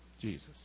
Jesus